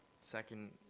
second